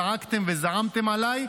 זעקתם וזעמתם עליי,